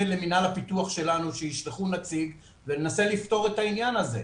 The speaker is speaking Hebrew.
למינהל הפיתוח שלנו שישלחו נציג וננסה לפתור את העניין הזה.